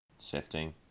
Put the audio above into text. Shifting